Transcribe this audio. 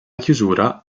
chiusura